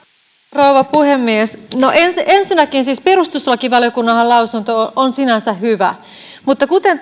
rouva puhemies ensinnäkin siis perustuslakivaliokunnan lausunto on sinänsä hyvä mutta kuten